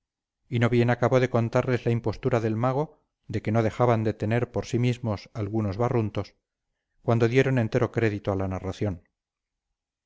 y no bien acabó de contarles la impostura del mago de que no dejaban de tener por sí mismos algunos barruntos cuando dieron entero crédito a la narración